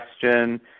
question